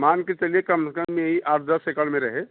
मान कर चलिए कम से कम यही आठ दस एकड़ में रहे